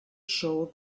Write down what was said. show